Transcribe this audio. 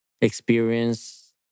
experience